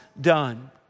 done